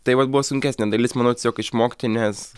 tai vat buvo sunkesnė dalis manau tiesiog išmokti nes